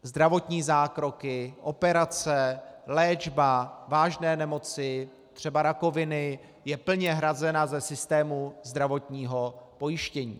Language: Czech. Zdravotní zákroky, operace, léčba vážné nemoci, třeba rakoviny, je plně hrazena ze systému zdravotního pojištění.